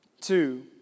Two